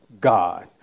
God